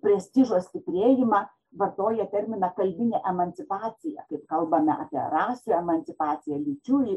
prestižo stiprėjimą vartoja terminą kalbinė emancipacija kaip kalbame apie rasių emancipacija lyčių